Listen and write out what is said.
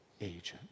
agent